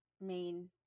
main